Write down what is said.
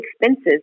expenses